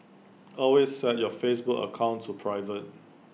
always set your Facebook account to private